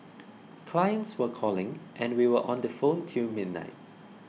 clients were calling and we were on the phone till midnight